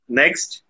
next